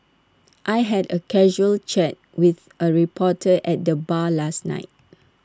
I had A casual chat with A reporter at the bar last night